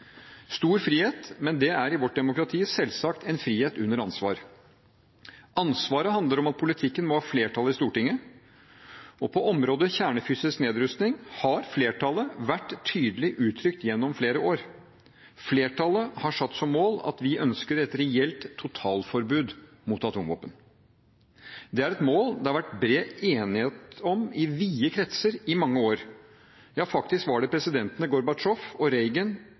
Stor frihet, men det er i vårt demokrati selvsagt en frihet under ansvar. Ansvaret handler om at politikken må ha flertall i Stortinget. På området kjernefysisk nedrustning har flertallet vært tydelig uttrykt gjennom flere år: Flertallet har satt som mål at vi ønsker et reelt totalforbud mot atomvåpen. Det er et mål det har vært bred enighet om i vide kretser i mange år. Ja, faktisk var presidentene Gorbatsjov og